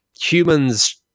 humans